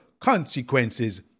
consequences